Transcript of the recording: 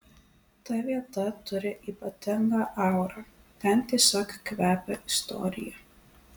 ta vieta turi ypatingą aurą ten tiesiog kvepia istorija